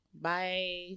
Bye